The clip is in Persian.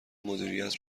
مدیریت